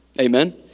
Amen